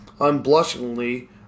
unblushingly